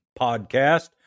podcast